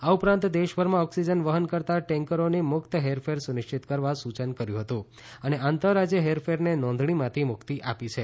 આ ઉપરાંત દેશભરમાં ઓક્સિજન વહન કરતા ટેન્કરોની મુક્ત હેરફેર સુનિશ્ચિત કરવા સૂચન કર્યું હતું અને આંતર રાજ્ય હેરફેરને નોંધણીમાંથી મુક્તિ આપી છે